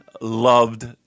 Loved